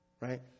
Right